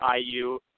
IU